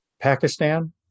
Pakistan